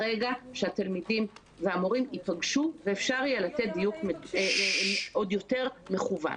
ברגע שהתלמידים והמורים ייפגשו ואפשר לתת דיוק עוד יותר מכוון.